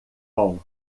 bom